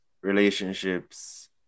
relationships